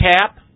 cap